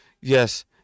Yes